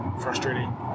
frustrating